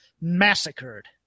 massacred